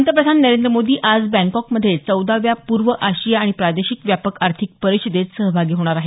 पंतप्रधान नरेंद्र मोदी आज बॅकॉकमध्ये चौदाव्या पूर्व आशिया आणि प्रादेशिक व्यापक आर्थिक परिषदेत सहभागी होणार आहेत